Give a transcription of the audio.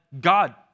God